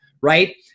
Right